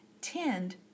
tend